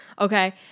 Okay